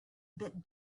bit